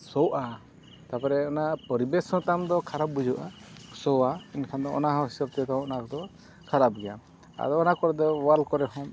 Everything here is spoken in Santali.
ᱥᱚᱜᱼᱟ ᱛᱟᱨᱯᱚᱨᱮ ᱚᱱᱟ ᱯᱚᱨᱤᱵᱮᱥ ᱦᱚᱸ ᱛᱟᱢ ᱫᱚ ᱠᱷᱟᱨᱟᱯ ᱵᱩᱡᱷᱟᱹᱜᱼᱟ ᱥᱚᱣᱟ ᱮᱱᱠᱷᱟᱱ ᱫᱚ ᱚᱱᱟ ᱦᱤᱥᱟᱹᱵ ᱛᱮᱫᱚ ᱚᱱᱟᱫᱚ ᱠᱷᱟᱨᱟᱯ ᱜᱮᱭᱟ ᱟᱫᱚ ᱚᱱᱟ ᱠᱚᱨᱮ ᱫᱚ ᱫᱮᱣᱟᱞ ᱠᱚᱨᱮ ᱦᱚᱸ